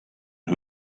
who